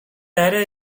арай